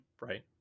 right